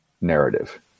narrative